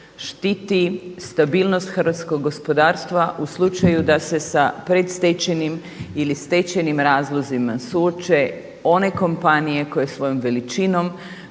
štiti stabilnost hrvatskog gospodarstva u slučaju da se sa predstečajnim ili stečajnim razlozima suoče one kompanije koje svojom veličinom,